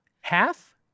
Half